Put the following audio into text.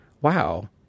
wow